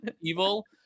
evil